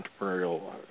entrepreneurial